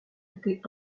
été